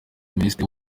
minisitiri